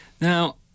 now